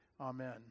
Amen